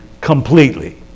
completely